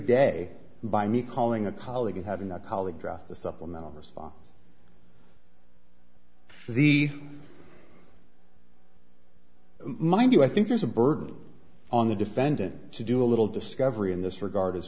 day by me calling a colleague and having a colleague draft the supplemental response to the mind you i think there's a burden on the defendant to do a little discovery in this regard as